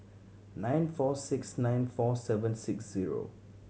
nine four six nine four seven six zero